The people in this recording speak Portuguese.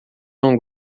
não